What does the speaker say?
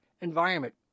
environment